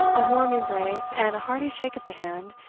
a warm embrace, and a hearty shake of the hand,